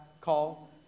call